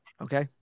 okay